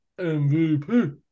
MVP